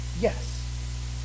yes